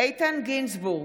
איתן גינזבורג,